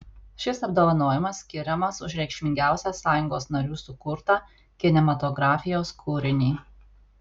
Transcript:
šis apdovanojimas skiriamas už reikšmingiausią sąjungos narių sukurtą kinematografijos kūrinį